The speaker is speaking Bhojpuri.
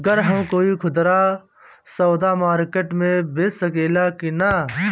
गर हम कोई खुदरा सवदा मारकेट मे बेच सखेला कि न?